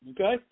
okay